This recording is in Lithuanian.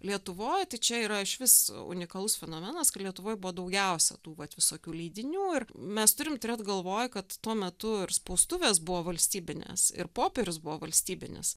lietuvoj tai čia yra iš vis unikalus fenomenas kad lietuvoj buvo daugiausia tų vat visokių leidinių ir mes turim turėt galvoj kad tuo metu ir spaustuvės buvo valstybinės ir popierius buvo valstybinis